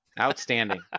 Outstanding